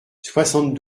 soixante